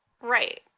Right